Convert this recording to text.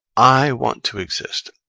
i want to exist,